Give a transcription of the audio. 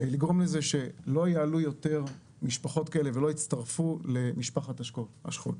לגרום לזה שלא יעלו יותר משפחות כאלה ולא יצטרפו למשפחת השכול.